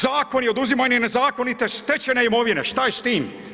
Zakon oduzimanje nezakonite stečene imovine, šta je s tim?